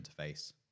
interface